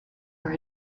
were